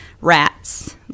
rats